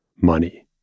Money